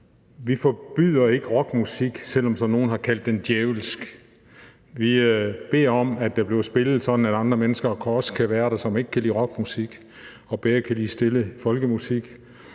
Vi forbyder ikke rockmusik, selv om nogle så har kaldt den djævelsk, men vi beder om, at der bliver spillet, sådan at andre mennesker, som ikke kan lide rockmusik og bedre kan lide stille folkemusik,